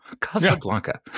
casablanca